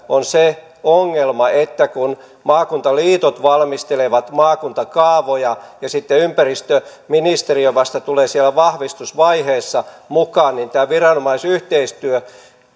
on se ongelma että kun maakuntaliitot valmistelevat maakuntakaavoja ja sitten ympäristöministeriö tulee vasta siellä vahvistusvaiheessa mukaan niin tämä viranomaisyhteistyö